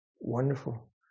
wonderful